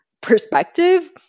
perspective